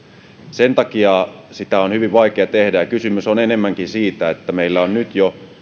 sen takia sitä on hyvin vaikea tehdä ja kysymys on enemmänkin siitä että meillä on nyt jo